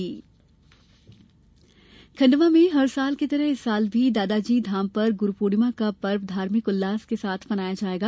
गुरू पूर्णिमा खंडवा में हर साल की तरह इस साल भी दादाजी धाम पर गुरू पूर्णिमा का पर्व धार्मिक उल्लास के साथ मनाया जाएगा